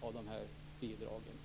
av bidragen.